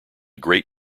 great